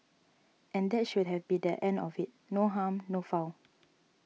and that should have been the end of it no harm no foul